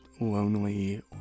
lonely